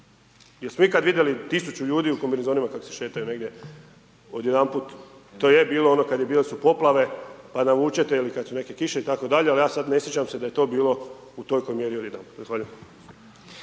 Jesmo ikad vidjeli 1000 ljudi kako se šetaju negdje odjedanput, to je bilo ono, kad je bio su poplave, pa navučete ili kad su neke kiše itd., ali ja sad ne sjećam se da je to bilo u tolikoj mjeri odjedanput.